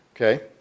Okay